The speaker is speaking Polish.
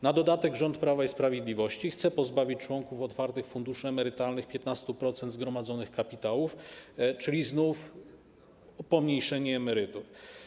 Na dodatek rząd Prawa i Sprawiedliwości chce pozbawić członków otwartych funduszy emerytalnych 15% zgromadzonych kapitałów, czyli znów oznacza to pomniejszenie emerytur.